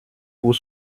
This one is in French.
pour